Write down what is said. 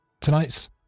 Tonight's